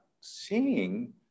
seeing